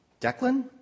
Declan